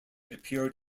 appeared